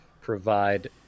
provide